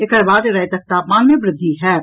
एकर बाद रातिक तापमान मे वृद्धि होयत